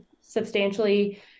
substantially